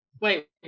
Wait